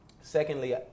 secondly